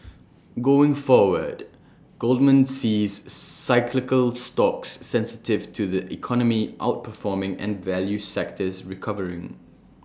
going forward Goldman sees cyclical stocks sensitive to the economy outperforming and value sectors recovering